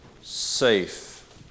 safe